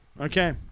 Okay